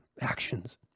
actions